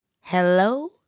Hello